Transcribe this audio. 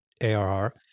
ARR